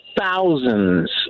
thousands